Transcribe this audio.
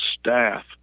staff